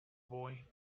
boy